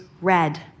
red